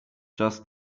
czas